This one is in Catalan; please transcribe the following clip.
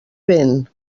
vent